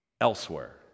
elsewhere